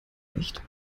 nicht